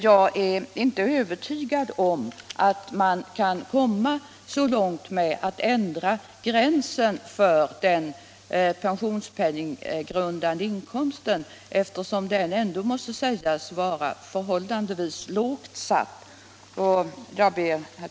Jag är inte heller övertygad om att man kan komma så långt genom att ändra den här inkomstgränsen, eftersom den ändå måste sägas vara förhållandevis lågt satt. Herr talman!